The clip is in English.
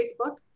facebook